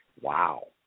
Wow